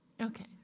Okay